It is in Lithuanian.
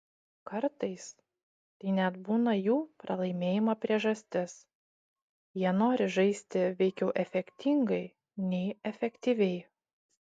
kartais tai net būna jų pralaimėjimo priežastis jie nori žaisti veikiau efektingai nei efektyviai